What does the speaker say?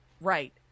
Right